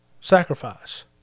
Sacrifice